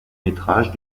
métrage